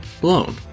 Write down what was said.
blown